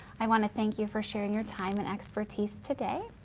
i wanna thank you for sharing your time and expertise today.